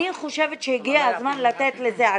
אני חושבת שהגיע הזמן לתת לזה עדיפות.